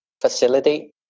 facilitate